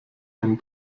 ein